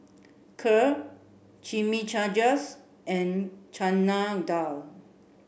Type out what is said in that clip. Kheer Chimichangas and Chana Dal